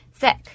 sick